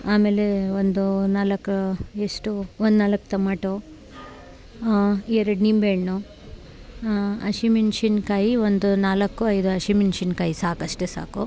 ಆಮೇಲೆ ಒಂದು ನಾಲ್ಕು ಎಷ್ಟು ಒಂದು ನಾಲ್ಕು ಟಮಾಟೋ ಎರಡು ನಿಂಬೆಹಣ್ಣು ಹಸಿಮೆಣ್ಸಿನ್ಕಾಯಿ ಒಂದು ನಾಲ್ಕೋ ಐದೊ ಹಸಿಮೆಣ್ಸಿನ್ಕಾಯಿ ಸಾಕು ಅಷ್ಟೆ ಸಾಕು